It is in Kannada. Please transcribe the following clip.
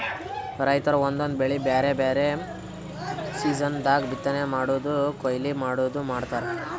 ರೈತರ್ ಒಂದೊಂದ್ ಬೆಳಿ ಬ್ಯಾರೆ ಬ್ಯಾರೆ ಸೀಸನ್ ದಾಗ್ ಬಿತ್ತನೆ ಮಾಡದು ಕೊಯ್ಲಿ ಮಾಡದು ಮಾಡ್ತಾರ್